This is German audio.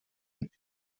mit